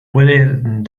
pueden